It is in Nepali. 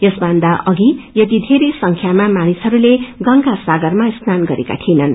यस भन्दा अघि यति संख्यामा मासिहरूले गंगासागरमा स्नान गरेका थिएनन्